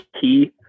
key